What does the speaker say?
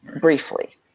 briefly